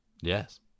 yes